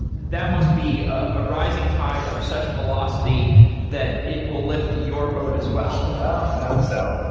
that must be a rising tide of such velocity that it will lift your boat as well hope so.